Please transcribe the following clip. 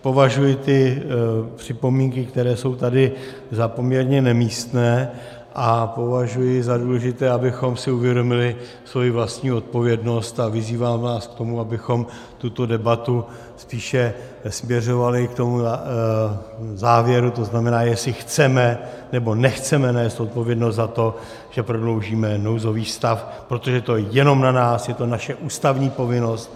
Považuji ty připomínky, které jsou tady, za poměrně nemístné, a považuji za důležité, abychom si uvědomili svoji vlastní odpovědnost, a vyzývám vás k tomu, abychom tuto debatu spíše směřovali k tomu závěru, to znamená, jestli chceme, nebo nechceme nést odpovědnost za to, že prodloužíme nouzový stav, protože to je jenom na nás, je to naše ústavní povinnost.